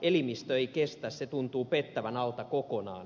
elimistö ei kestä se tuntuu pettävän alta kokonaan